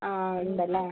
ആ ഉണ്ടല്ലേ